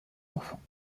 enfants